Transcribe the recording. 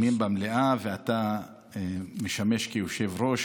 הנאומים במליאה ואתה משמש כיושב-ראש,